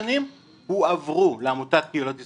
הועברו לעמותת קהילות ישראל.